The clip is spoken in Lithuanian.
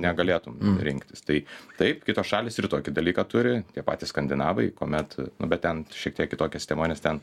negalėtum rinktis tai taip kitos šalys ir tokį dalyką turi tie patys skandinavai kuomet nu bet ten šiek tiek kitokia sistema nes ten